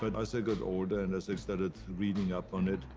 but as i got older and as i started reading up on it,